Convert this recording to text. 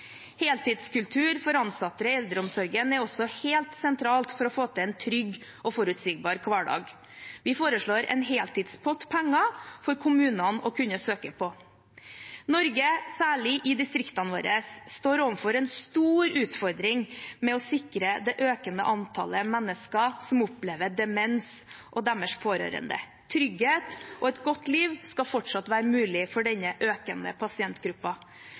Heltidskultur for ansatte i eldreomsorgen er også helt sentralt for å få til en trygg og forutsigbar hverdag. Vi foreslår en heltidspott med penger som kommunene kan søke på. Norge, særlig distriktene våre, står overfor en stor utfordring med å sikre det økende antallet mennesker som opplever demens, og deres pårørende. Trygghet og et godt liv skal fortsatt være mulig for denne økende